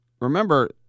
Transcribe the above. remember